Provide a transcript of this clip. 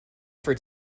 for